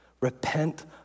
Repent